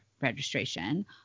registration